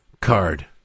card